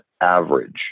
average